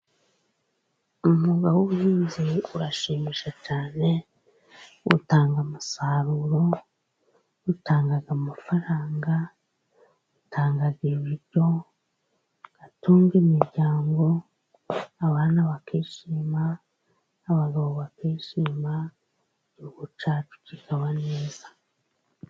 Umwuga w'ubuhinzi urashimisha cyane. Utanga umusaruro utanga amafaranga, utanga ibiryo, ugatunga imiryango abana bakishima n'abagabo bakishima igihugu cyacu kikaba neza.